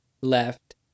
left